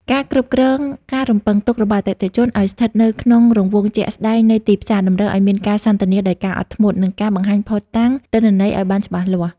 ការគ្រប់គ្រងការរំពឹងទុករបស់អតិថិជនឱ្យស្ថិតនៅក្នុងរង្វង់ជាក់ស្ដែងនៃទីផ្សារ តម្រូវឱ្យមានការសន្ទនាដោយការអត់ធ្មត់ និងការបង្ហាញភ័ស្តុតាងទិន្នន័យឱ្យបានច្បាស់លាស់។